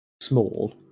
small